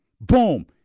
Boom